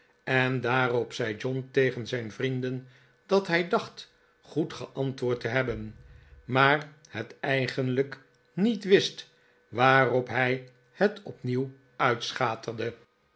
en daarop zei john tegen zijn vrienden dat hij dacht goed geantwoord te hebben maar het eigenlijk niet wist waarop hij het opnieuw uitschaterde